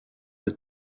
that